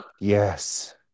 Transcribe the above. yes